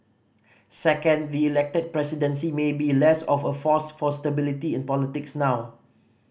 second the Elected Presidency may be less of a force for stability in politics now